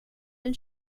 then